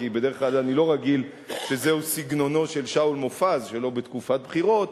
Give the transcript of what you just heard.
כי בדרך כלל אני לא רגיל שזהו סגנונו של שאול מופז שלא בתקופת בחירות,